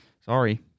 sorry